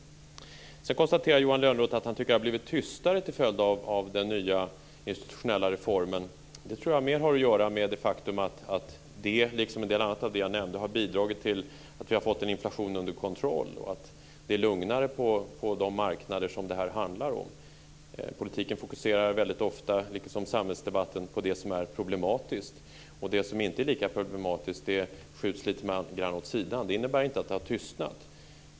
Sedan konstaterar Johan Lönnroth att han tycker att det har blivit tystare till följd av den nya institutionella reformen. Det tror jag mer har att göra med det faktum att det, liksom en del annat av det jag nämnde, har bidragit till att vi har fått en inflation under kontroll och att det är lugnare på de marknader som det här handlar om. Politiken, liksom samhällsdebatten, fokuserar ofta på det som är problematiskt. Det som inte är lika problematiskt skjuts lite grann åt sidan. Det innebär inte att det har tystnat.